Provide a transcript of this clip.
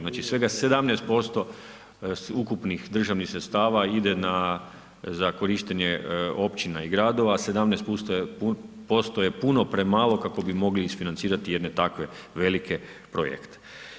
Znači svega 17% ukupnih državnih sredstava ide na, za korištenje općina i gradova, 17% je puno premalo kako bi mogli isfinancirati jedne takve velike projekte.